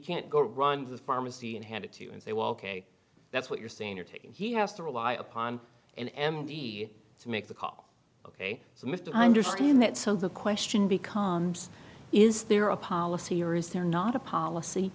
can't go run to the pharmacy and hand it to you and say well that's what you're saying you're taking he has to rely upon an m d to make the call ok so mr understand that so the question becomes is there a policy or is there not a policy